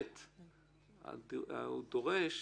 דבר נוסף,